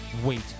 Wait